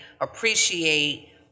appreciate